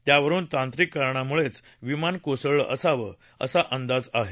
त्यावरून तांत्रिक कारणांमुळेच विमान कोसळलं असावं असा अंदाज आहे